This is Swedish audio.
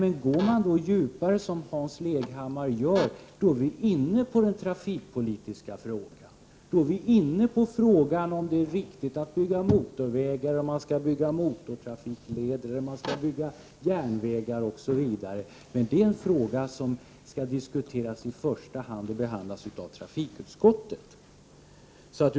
Men går man djupare i frågan, som Hans Leghammar gör, är man inne på trafikpolitikens område. Då är vi inne på frågan om det är riktigt att bygga motorvägar, om man skall bygga motortrafikleder, om man skall bygga järnvägar osv. Men detta är frågor som skall diskuteras och behandlas i första hand av trafikutskottet.